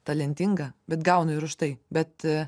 talentinga bet gaunu ir už tai bet